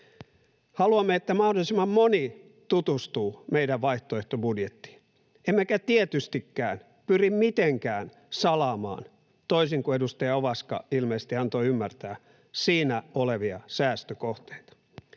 Haluamme, että mahdollisimman moni tutustuu meidän vaihtoehtobudjettiimme, emmekä tietystikään pyri mitenkään salaamaan, toisin kuin edustaja Ovaska ilmeisesti antoi ymmärtää, siinä olevia säästökohteita.